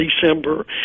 December